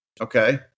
Okay